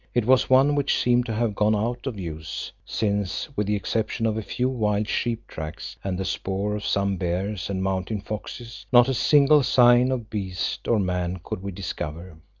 it was one which seemed to have gone out of use, since with the exception of a few wild-sheep tracks and the spoor of some bears and mountain foxes, not a single sign of beast or man could we discover.